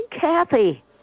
Kathy